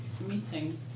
meeting